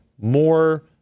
more